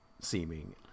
seeming